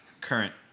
current